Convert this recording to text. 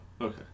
Okay